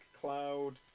cloud